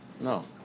no